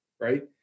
right